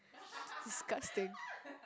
disgusting